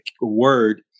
word